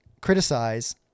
criticize